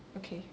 okay